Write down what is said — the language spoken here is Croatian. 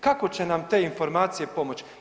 Kako će nam te informacije pomoći?